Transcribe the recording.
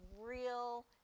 real